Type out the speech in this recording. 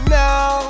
now